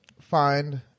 find